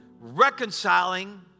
Reconciling